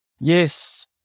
Yes